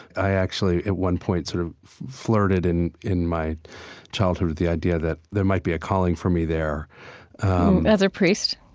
i actually at one point sort of flirted in in my childhood with the idea that there might be a calling for me there as a priest?